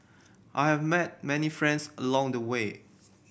I have met many friends along the way